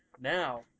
Now